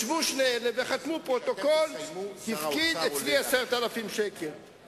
לשתף את האופוזיציה בבעיות של הממשלה.